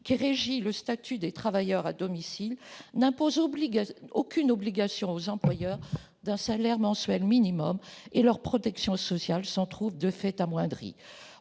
qui régit le statut des travailleurs à domicile, n'impose aucune obligation aux employeurs d'un salaire mensuel minimum et leur protection sociale s'en trouve de fait amoindrie.